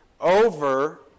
over